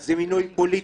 זה מינוי פוליטי.